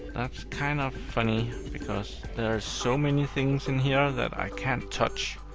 that's kind of funny, because there are so many things in here that i can't touch,